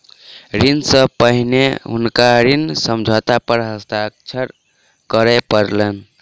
ऋण सॅ पहिने हुनका ऋण समझौता पर हस्ताक्षर करअ पड़लैन